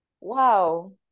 wow